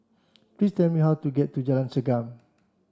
please tell me how to get to Jalan Segam